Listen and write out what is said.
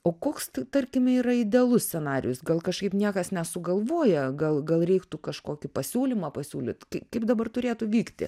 o koks tarkime yra idealus scenarijus gal kažkaip niekas nesugalvoja gal gal reiktų kažkokį pasiūlymą pasiūlyt kaip dabar turėtų vykti